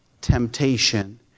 temptation